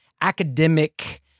academic